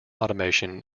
automation